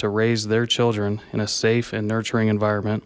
to raise their children in a safe and nurturing environment